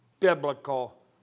Biblical